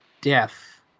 death